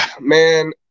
Man